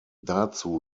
dazu